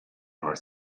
not